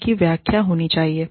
उनकी व्याख्या होनी चाहिए